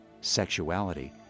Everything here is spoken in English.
sexuality